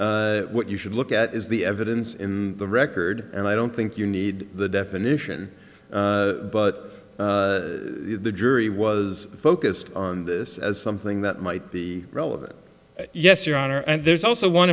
secondly what you should look at is the evidence in the record and i don't think you need the definition but the jury was focused on this as something that might be relevant yes your honor and there's also